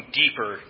deeper